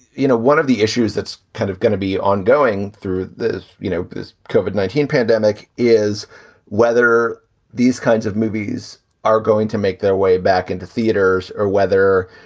you know, one of the issues that's kind of going to be ongoing through this, you know, this covered nineteen pandemic is whether these kinds of movies are going to make their way back into theaters or whether,